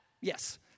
yes